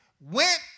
Went